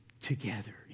together